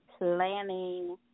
Planning